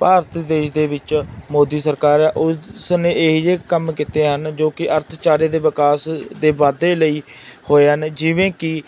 ਭਾਰਤ ਦੇਸ਼ ਦੇ ਵਿੱਚ ਮੋਦੀ ਸਰਕਾਰ ਹੈ ਉਸ ਨੇ ਇਹ ਜਿਹੇ ਕੰਮ ਕੀਤੇ ਹਨ ਜੋ ਕਿ ਅਰਥ ਚਾਰੇ ਦੇ ਵਿਕਾਸ ਦੇ ਵਾਧੇ ਲਈ ਹੋਏ ਹਨ ਜਿਵੇਂ ਕਿ